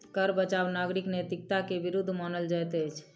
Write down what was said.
कर बचाव नागरिक नैतिकता के विरुद्ध मानल जाइत अछि